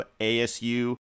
ASU